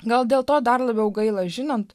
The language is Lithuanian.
gal dėl to dar labiau gaila žinant